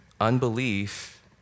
unbelief